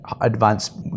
advanced